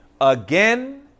again